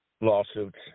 lawsuits